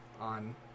on